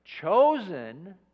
Chosen